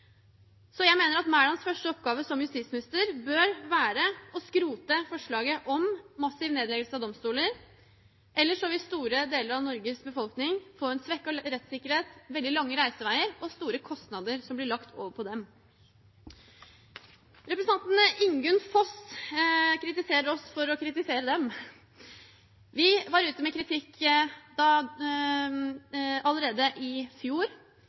Jeg mener statsråd Mælands første oppgave som justisminister bør være å skrote forslaget om massiv nedleggelse av domstoler, ellers vil store deler av Norges befolkning få svekket rettssikkerhet, veldig lange reiseveier og store kostnader som blir lagt over på dem. Representanten Ingunn Foss kritiserte oss for å kritisere dem. Vi var ute med kritikk allerede i fjor,